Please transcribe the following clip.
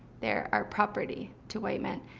they are are property to white men.